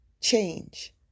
change